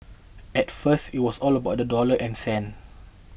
at first it was all about the dollar and cents